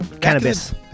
cannabis